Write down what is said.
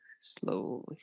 slowly